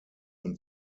und